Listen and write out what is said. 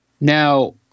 Now